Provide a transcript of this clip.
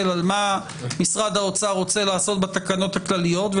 על מה שמשרד האוצר רוצה לעשות בתקנות הכלליות,